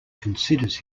considers